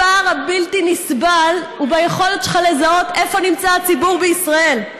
הפער הבלתי-נסבל הוא ביכולת שלך לזהות איפה נמצא הציבור בישראל,